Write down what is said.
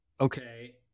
Okay